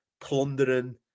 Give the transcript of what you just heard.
plundering